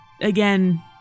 again